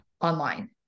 online